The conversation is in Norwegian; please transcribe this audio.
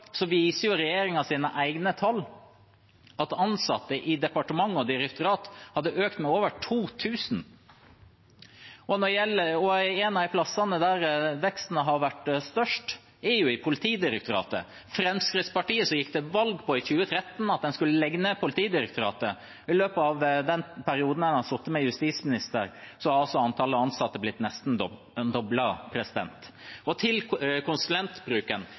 ansatte i departement og direktorat økt med over 2 000. En av de plassene der veksten har vært størst, er i Politidirektoratet. Med tanke på Fremskrittspartiet, som i 2013 gikk til valg på at en skulle legge ned Politidirektoratet, har altså antall ansatte blitt nesten doblet i løpet av den perioden de har sittet med justisministeren. Til konsulentbruken: Bare for første halvår i år viste tallene at konsulentbruken i staten var på over 4,4 mrd. kr. Statsråden viser til